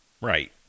Right